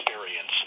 experience